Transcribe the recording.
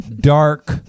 dark